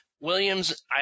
Williams